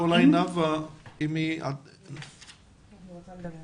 אולי נאוה תוכל לומר.